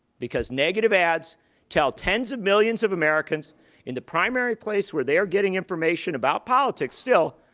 because negative ads tell tens of millions of americans in the primary place where they're getting information about politics still,